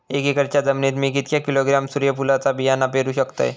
एक एकरच्या जमिनीत मी किती किलोग्रॅम सूर्यफुलचा बियाणा पेरु शकतय?